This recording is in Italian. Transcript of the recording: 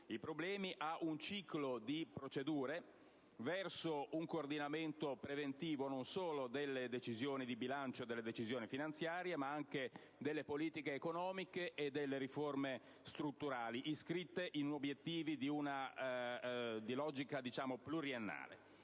i problemi - a un ciclo di procedure che tendono verso un coordinamento preventivo, non solo delle decisioni di bilancio e delle decisioni finanziarie, ma anche delle politiche economiche e delle riforme strutturali, iscritte in obiettivi di logica pluriennale